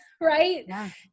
right